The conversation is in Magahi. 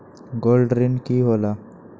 गोल्ड ऋण की होला?